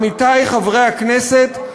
עמיתי חברי הכנסת,